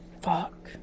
Fuck